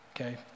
Okay